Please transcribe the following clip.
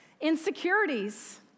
Insecurities